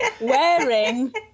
wearing